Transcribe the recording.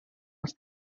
els